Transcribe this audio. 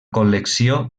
col·lecció